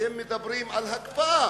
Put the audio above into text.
אתם מדברים על הקפאה,